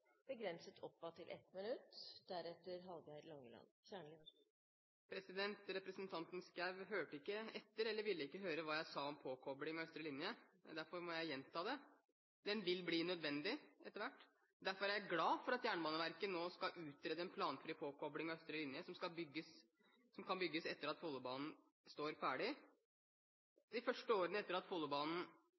begrenset til 1 minutt. Representanten Schou hørte ikke, eller ville ikke høre, hva jeg sa om påkobling av Østre linje, og derfor må jeg gjenta det. Den vil bli nødvendig etter hvert. Derfor er jeg glad for at Jernbaneverket nå skal utrede en planfri påkobling av Østre linje som kan bygges etter at Follobanen står ferdig. De første årene etter at Follobanen